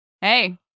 hey